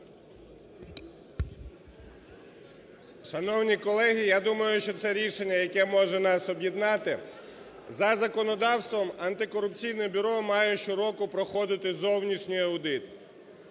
Шановні колеги, я думаю, що це рішення, яке може нас об'єднати. За законодавством Антикорупційне бюро має щороку проходити зовнішній аудит.